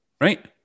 right